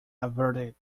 averted